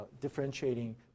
differentiating